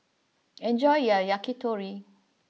enjoy your Yakitori